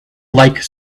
like